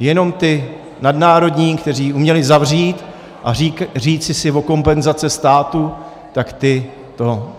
Jenom ti nadnárodní, kteří uměli zavřít a říci si o kompenzace státu, tak ti to